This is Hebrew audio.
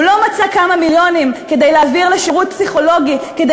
הוא לא מצא כמה מיליונים כדי להעביר לשירות פסיכולוגי כדי